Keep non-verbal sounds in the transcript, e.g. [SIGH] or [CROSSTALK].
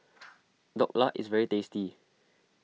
[NOISE] Dhokla is very tasty